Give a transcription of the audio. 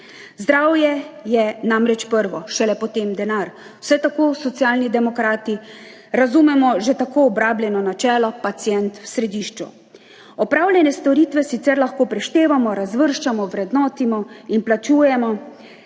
Zdravje je namreč prvo, šele potem denar, vsaj tako Socialni demokrati razumemo že tako obrabljeno načelo pacient v središču. Opravljene storitve sicer lahko preštevamo, razvrščamo, vrednotimo in plačujemo,